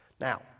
Now